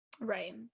Right